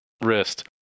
wrist